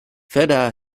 veda